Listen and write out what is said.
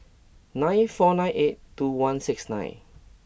nine four nine eight two one six nine